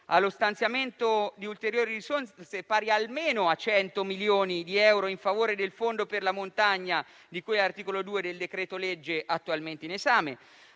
allo stanziamento di ulteriori risorse, pari almeno a 100 milioni di euro, in favore del fondo per la montagna, di cui all'articolo 2 del decreto-legge attualmente in esame;